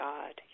God